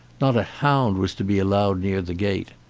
not a hound was to be allowed near the gate.